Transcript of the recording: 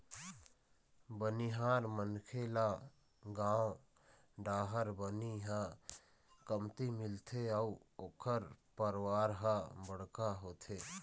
बनिहार मनखे ल गाँव डाहर बनी ह कमती मिलथे अउ ओखर परवार ह बड़का होथे